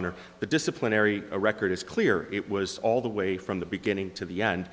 honor the disciplinary record is clear it was all the way from the beginning to the end